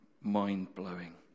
mind-blowing